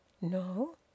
No